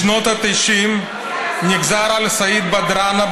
בשנות ה-90 נגזר על סעיד בדארנה,